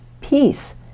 peace